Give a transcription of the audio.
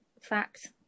facts